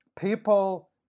people